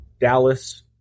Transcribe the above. Dallas